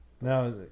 now